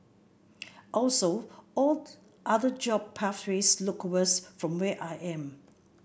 also all other job pathways look worse from where I am